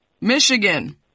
Michigan